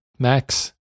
Max